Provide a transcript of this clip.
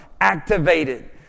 activated